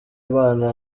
abana